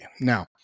Now